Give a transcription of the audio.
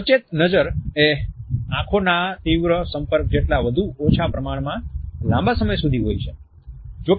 સચેત નજર એ આંખોના તીવ્ર સંપર્ક જેટલા વધુ ઓછા પ્રમાણમાં લાંબા સમય સુધી હોય છે